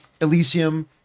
Elysium